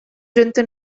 gente